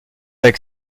avait